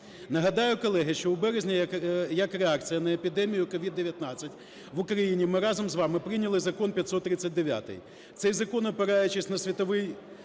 Нагадаю, колеги, що у березні як реакція на епідемію COVID-19 в Україні ми разом з вами прийняли Закон 539. Цей закон, опираючись на світовий